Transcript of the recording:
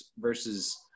versus